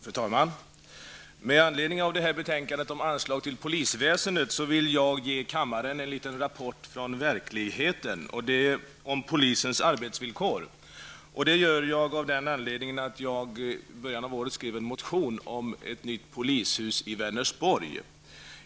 Fru talman! Med anledning av betänkandet om anslag till polisväsendet vill jag ge kammaren en liten rapport från verkligheten om polisens arbetsvillkor. I början av året skrev jag en motion om ett nytt polishus i Vänersborg.